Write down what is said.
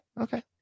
Okay